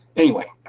anyway,